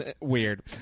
Weird